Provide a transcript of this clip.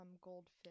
Goldfish